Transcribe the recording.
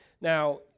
Now